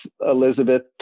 Elizabeth